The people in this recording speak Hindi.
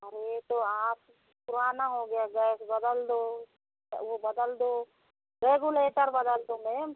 अरे तो आप पुराना हो गया गैस बदल दो वो बदल दो रेगुलेटर बदल दो मेम